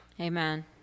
Amen